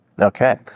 Okay